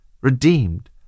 Redeemed